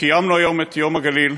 קיימנו היום את יום הגליל,